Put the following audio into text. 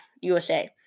USA